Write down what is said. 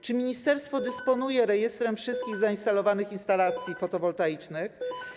Czy ministerstwo dysponuje rejestrem wszystkich zainstalowanych instalacji fotowoltaicznych?